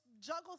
juggle